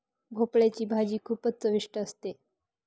भोपळयाची भाजी खूपच चविष्ट असते